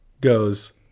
Goes